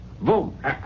Boom